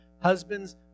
husbands